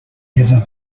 never